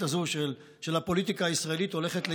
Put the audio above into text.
הזאת של הפוליטיקה הישראלית הולכת להסתיים,